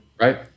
Right